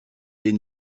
les